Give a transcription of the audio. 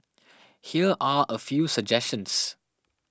here are a few suggestions